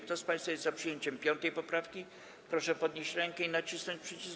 Kto z państwa jest za przyjęciem 5. poprawki, proszę podnieść rękę i nacisnąć przycisk.